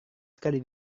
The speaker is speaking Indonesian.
sekali